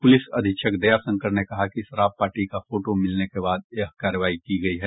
police अधीक्षक दया शंकर ने कहा कि शराब पार्टी का फोटो मिलने के बाद यह कार्रवाई की गयी है